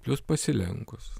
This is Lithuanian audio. plius pasilenkus